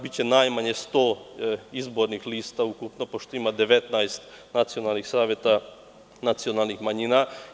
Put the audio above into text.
Biće najmanje 100 izbornih lista ukupno, pošto ima 19 nacionalnih saveta nacionalnih manjina.